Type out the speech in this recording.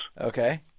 Okay